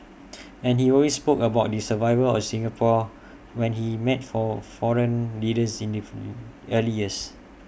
and he always spoke about the survival of Singapore when he met foreign leaders in the early years